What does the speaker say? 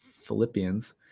Philippians